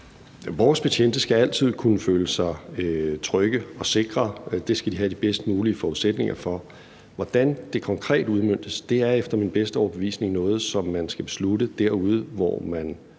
Vores betjente skal altid kunne føle sig trygge og sikre. Det skal de have de bedst mulige forudsætninger for. Hvordan det konkret udmøntes, er efter min bedste overbevisning noget, som man skal beslutte derude, hvor